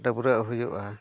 ᱰᱟᱹᱵᱽᱨᱟᱹᱜ ᱦᱩᱭᱩᱜᱚᱼᱟ